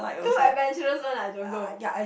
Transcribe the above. too adventurous one I don't go